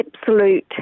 Absolute